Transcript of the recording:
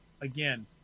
again